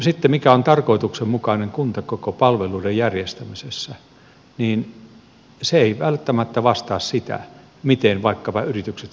sitten se mikä on tarkoituksenmukainen kuntakoko palveluiden järjestämisessä ei välttämättä vastaa sitä miten vaikkapa yritykset sijoittuvat